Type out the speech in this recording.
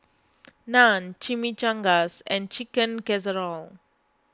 Naan Chimichangas and Chicken Casserole